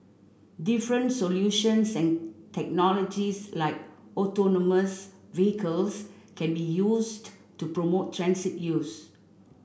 different solutions and technologies like autonomous vehicles can be used to promote transit use